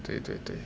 对对对